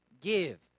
give